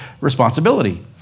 responsibility